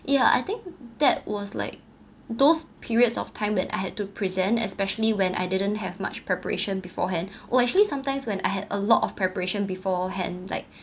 yeah I think that was like those periods of time that I had to present especially when I didn't have much preparation beforehand well actually sometimes when I had a lot of preparation beforehand like